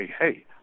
hey